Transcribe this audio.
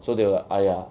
so they were !aiya!